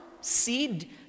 seed